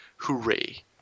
Hooray